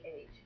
age